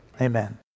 Amen